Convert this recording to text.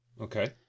Okay